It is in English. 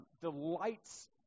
delights